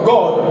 God